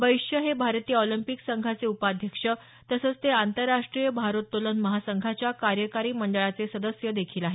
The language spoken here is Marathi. बैश्य हे भारतीय ऑलिम्पिक संघाचे उपाध्यक्ष तसंच ते आंतरराष्ट्रीय भारोत्तोलन महासंघाच्या कार्यकारी मंडळाचे सदस्य देखील आहेत